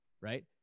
right